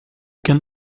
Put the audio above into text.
can